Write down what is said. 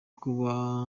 kuba